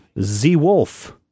Z-Wolf